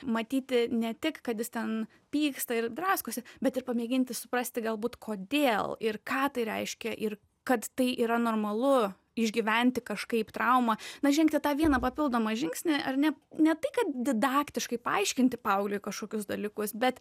matyti ne tik kad jis ten pyksta ir draskosi bet ir pamėginti suprasti galbūt kodėl ir ką tai reiškia ir kad tai yra normalu išgyventi kažkaip traumą na žengti tą vieną papildomą žingsnį ar ne ne tai kad didaktiškai paaiškinti paaugliui kažkokius dalykus bet